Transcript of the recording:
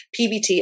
PBT